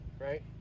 right